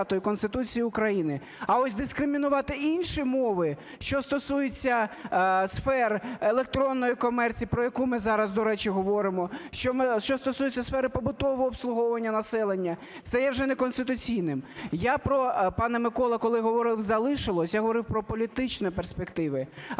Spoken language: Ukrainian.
Конституції України. А ось дискримінувати інші мови, що стосується сфер електронної комерції, про яку ми зараз, до речі, говоримо, що стосується сфери побутового обслуговування населення, – це є вже неконституційним. Я, пане Миколо, коли говорив "залишилось", я говорив про політичні перспективи.